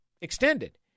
extended